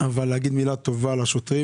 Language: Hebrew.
לומר מילה טובה לשוטרים.